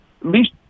least